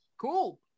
cool